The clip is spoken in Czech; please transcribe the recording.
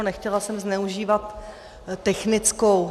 Nechtěla jsem zneužívat technickou.